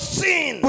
sin